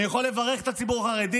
אני יכול לברך את הציבור החרדי.